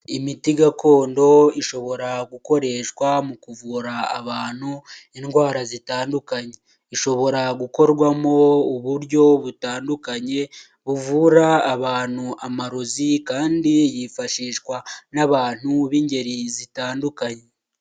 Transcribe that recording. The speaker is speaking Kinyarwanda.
Imiti gakondo ishobora gukoreshwa mu kuvura abantu indwara zitandukanye, ishobora gukorwamo uburyo butandukanye buvura abantu amarozi kandi yifashishwa n'abantu b'ingeri zitandukanye.